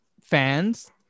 fans